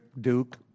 Duke